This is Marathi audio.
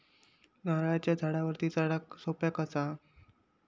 नारळाच्या झाडावरती चडाक सोप्या कसा?